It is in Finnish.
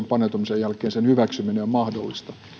paneutumisen jälkeen sen hyväksyminen on mahdollista